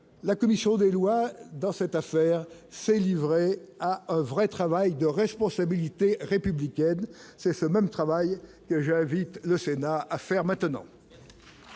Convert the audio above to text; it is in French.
la commission des lois, dans cette affaire, s'est livré à un vrai travail de responsabilité républicaine, c'est ce même travail déjà le Sénat à faire maintenant.